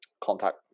contact